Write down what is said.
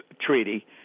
Treaty